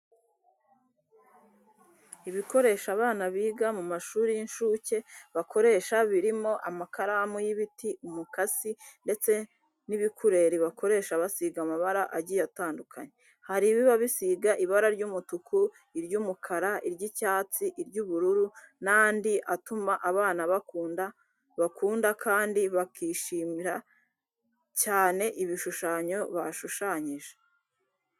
Ibikoresho abana biga mu mashuri y'inshuke bakoresha birimo amakaramu y'ibiti, umukasi ndetse n'ibikureri bakoresha basiga amabara agiye atandukanye. Hari ibiba bisiga ibara ry'umutuku, iry'umukara, iry'icyatsi, iry'ubururu n'andi atuma abana bakunda kandi bakishimira cyane ibishushanyo bashushanyize